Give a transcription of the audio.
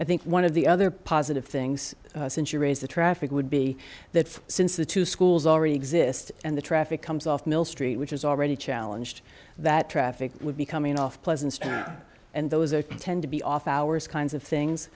i think one of the other positive things since you raised the traffic would be that since the two schools already exist and the traffic comes off mill street which is already challenged that traffic would be coming off pleasant and those are tend to be off hours kinds of things